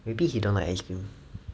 maybe he don't like ice cream